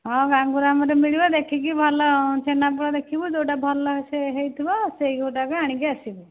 ହଁ ଗାଙ୍ଗୁରାମରେ ମିଳିବ ଦେଖିକି ଭଲ ଛେନାପୋଡ଼ ଦେଖିବୁ ଯେଉଁଟା ଭଲ ସେ ହୋଇଥିବ ସେଇ ଗୋଟାକ ଆଣିକି ଆସିବୁ